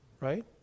right